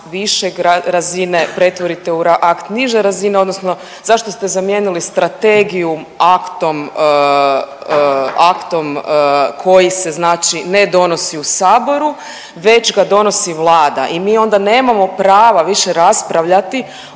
više razine pretvorite u akt niže razine odnosno zašto ste zamijenili strategiju aktom, aktom koji se znači ne donosi u saboru već ga donosi Vlada i mi onda nemamo pravi više raspravljati